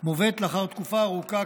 מובאת לאחר תקופה ארוכה,